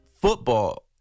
football